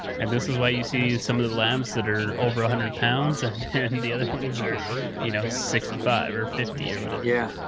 and this is why you see some of the labs that are over one hundred pounds and the other ones are you know sixty five or fifty or whatever. yeah,